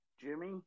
Jimmy